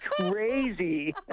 Crazy